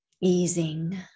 Easing